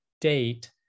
date